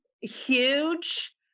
huge